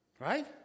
Right